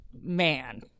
man